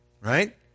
right